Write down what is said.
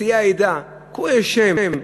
נשיאי העדה, קרואי שם,